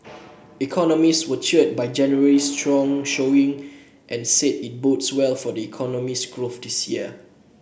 economists were cheered by January's strong showing and said it bodes well for the economy's growth this year